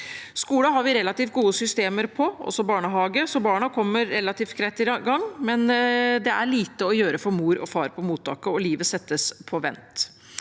Skole har vi relativt gode systemer på, og også barnehage, så barna kommer relativt greit i gang, men det er lite å gjøre for mor og far på mottaket, og livet settes på vent.